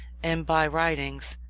and by writings,